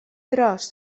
tros